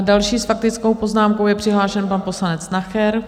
Další s faktickou poznámkou je přihlášen pan poslanec Nacher.